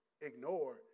ignore